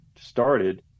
started